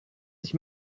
sich